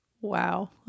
wow